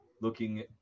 Looking